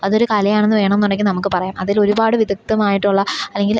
അതൊരു കലയാണെന്ന് വേണമെന്നുണ്ടെങ്കിൽ നമുക്ക് പറയാം അതിലൊരുപാട് വിദഗ്ദ്ധമായിട്ടുള്ള അല്ലെങ്കിൽ